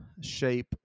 shape